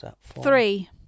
three